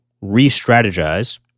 re-strategize